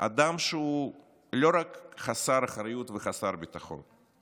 אדם שהוא לא רק חסר אחריות, אלא גם חסר ביטחון.